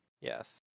Yes